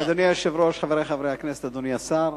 אדוני היושב-ראש, חברי חברי הכנסת, אדוני השר,